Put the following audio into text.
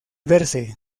verse